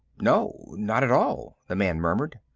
no, not at all, the man murmured.